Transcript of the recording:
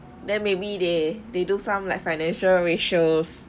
then maybe they they do some like financial ratios